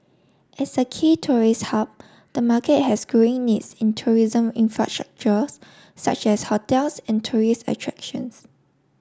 as a key tourist hub the market has growing needs in tourism infrastructure such as hotels and tourist attractions